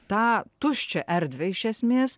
tą tuščią erdvę iš esmės